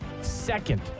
second